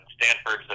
Stanford's